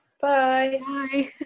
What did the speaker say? Bye